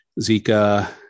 Zika